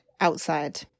outside